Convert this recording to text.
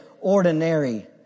ordinary